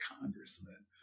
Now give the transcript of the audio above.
congressman